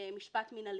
מנהלי?